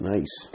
Nice